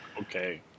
Okay